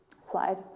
Slide